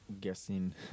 guessing